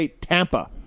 Tampa